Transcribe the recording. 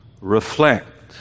reflect